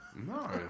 No